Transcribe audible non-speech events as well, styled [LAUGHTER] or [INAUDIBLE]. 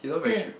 [COUGHS]